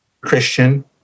Christian